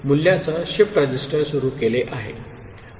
मूल्यासह shift register सुरू केले आहे